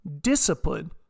discipline